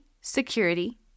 security